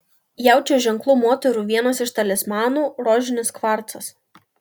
jaučio ženklo moterų vienas iš talismanų rožinis kvarcas